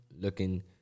looking